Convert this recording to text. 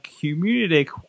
community